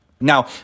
Now